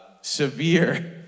severe